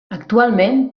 actualment